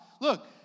Look